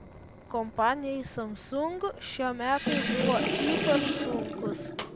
kompanijai samsung šie metai buvo ypač sunkūs